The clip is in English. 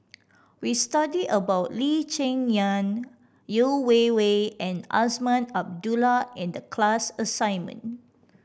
we studied about Lee Cheng Yan Yeo Wei Wei and Azman Abdullah in the class assignment